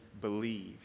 believe